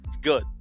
good